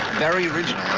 very original